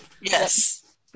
Yes